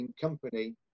company